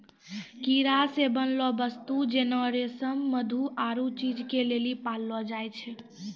कीड़ा से बनलो वस्तु जेना रेशम मधु आरु चीज के लेली पाललो जाय छै